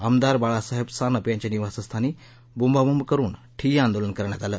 आमदार बाळासाहेब सानप यांच्या निवस्थानी बोंबाबोंब करून ठिय्या आंदोलन करण्यात आल